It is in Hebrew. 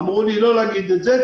אמרו לי לא להגיד את זה,